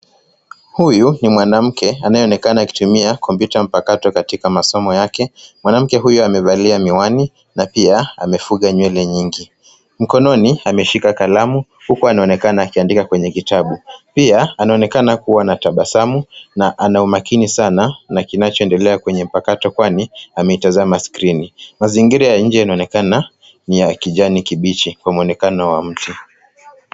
Huyu ni mwanamke anayeonekana akitumia kompyuta mpakato katika masomo yake. Mwanamke huyu amevalia miwani na pia amefuga nywele nyingi. Mkononi ameshika kalamu, huku anaonekana akiandika kwenye kitabu. Pia anaonekana kuwa na tabasamu na anaumakini sana na kinachoendelea kwenye mpakato kwani ameitazama skrini. Mazingira ya nje inaonekana ni ya kijani kibichi kwa mwonekano wa mtu.